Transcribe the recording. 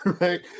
right